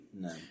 no